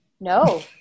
No